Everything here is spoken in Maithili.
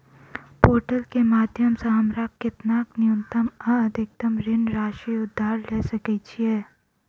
पोर्टल केँ माध्यम सऽ हमरा केतना न्यूनतम आ अधिकतम ऋण राशि उधार ले सकै छीयै?